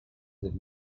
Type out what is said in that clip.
live